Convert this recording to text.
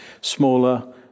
smaller